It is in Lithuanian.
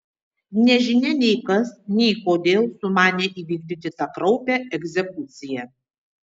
nežinia nei kas nei kodėl sumanė įvykdyti tą kraupią egzekuciją